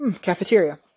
cafeteria